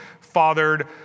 fathered